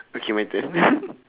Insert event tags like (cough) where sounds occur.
okay my turn (laughs)